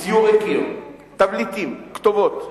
ציורי קיר, תבליטים, כתובות,